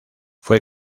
fue